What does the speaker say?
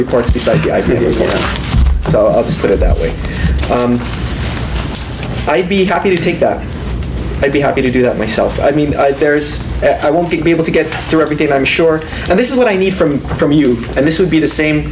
besides so i'll just put it that way i'd be happy to take that i'd be happy to do that myself i mean there is i won't be able to get through every day to i'm sure this is what i need from from you and this would be the same